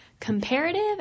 Comparative